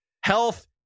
health